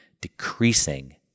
decreasing